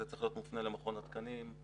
זה צריך להיות מופנה למכון התקנים,